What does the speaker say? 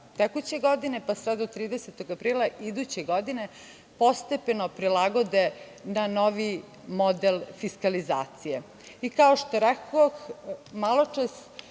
tekuće godine pa sve do 30. aprila iduće godine postepeno prilagode na novi model fiskalizacije. Kao što rekoh maločas,